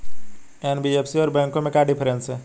NBFC और बैंकों में क्या डिफरेंस है?